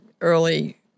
early